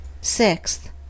Sixth